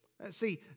See